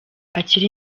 akiri